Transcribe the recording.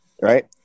Right